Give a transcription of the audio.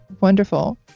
wonderful